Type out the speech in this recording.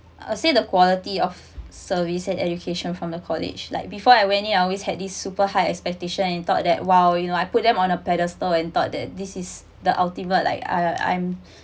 I say the quality of service and education from the college like before I went in I always had this super high expectation in thought that !wow! you know I put them on a pedestal and thought that this is the ultimate like I I'm